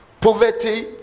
poverty